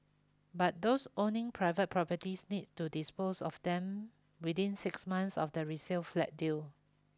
but those owning private properties need to dispose of them within six months of the resale flat deal